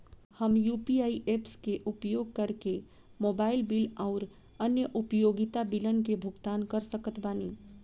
हम UPI apps के उपयोग करके मोबाइल बिल आउर अन्य उपयोगिता बिलन के भुगतान कर सकत बानी